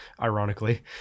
ironically